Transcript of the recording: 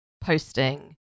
posting